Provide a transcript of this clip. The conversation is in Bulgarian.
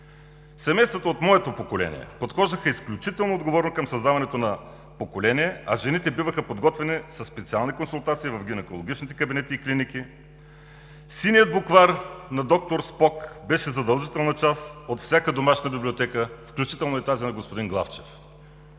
Семействата от моето поколение подхождаха изключително отговорно към създаването на поколение, а жените биваха подготвяни със специални консултации в гинекологичните кабинети и клиники. „Синият буквар“ на д-р Спок беше задължителна част от всяка домашна библиотека, включително и тази на господин Главчев.